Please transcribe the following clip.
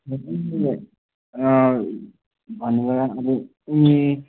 भन्नुपर्दा अब उनी